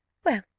well,